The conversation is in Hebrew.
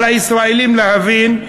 על הישראלים להבין,